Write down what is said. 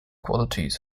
qualities